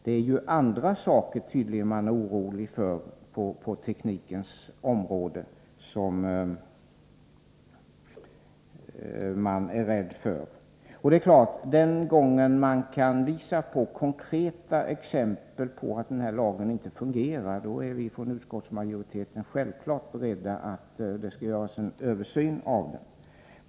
Det är tydligen andra saker på teknikens område som man är orolig för. När man kan visa konkreta exempel på att denna lag inte fungerar är vi från utskottsmajoriteten självfallet beredda att begära att det skall göras en översyn av den.